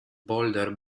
bolder